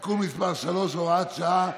(תיקון מס' 3 והוראת שעה),